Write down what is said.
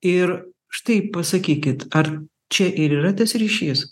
ir štai pasakykit ar čia ir yra tas ryšys